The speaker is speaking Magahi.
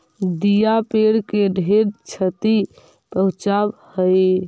दियाँ पेड़ के ढेर छति पहुंचाब हई